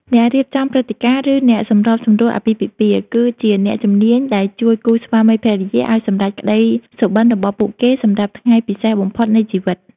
អ្នករៀបចំព្រឹត្តិការណ៍ ឬអ្នកសម្របសម្រួលអាពាហ៍ពិពាហ៍ គឺជាអ្នកជំនាញដែលជួយគូស្វាមីភរិយាឱ្យសម្រេចក្តីសុបិន្តរបស់ពួកគេសម្រាប់ថ្ងៃពិសេសបំផុតនៃជីវិត។